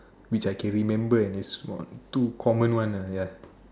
which I can remember and it's for two common one ah ya